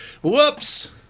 Whoops